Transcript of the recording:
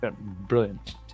Brilliant